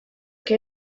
que